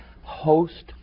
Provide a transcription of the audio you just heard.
host